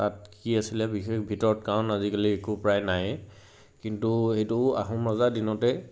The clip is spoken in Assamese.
তাত কি আছিলে বিশেষ ভিতৰত কাৰণ আজিকালি একো প্ৰায় নায়েই কিন্তু সেইটো আহোম ৰজাৰ দিনতে